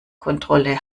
kontrolle